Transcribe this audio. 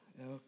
okay